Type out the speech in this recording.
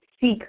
seek